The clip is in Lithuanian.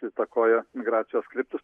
įtakoja migracijos kryptis